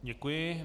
Děkuji.